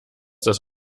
das